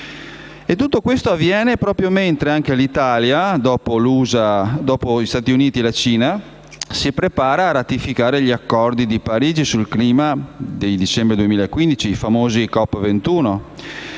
Tutto questo avviene proprio mentre l'Italia, dopo gli Stati Uniti e la Cina, si prepara a ratificare gli accordi di Parigi sul clima del dicembre 2015, i famosi COP21.